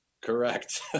Correct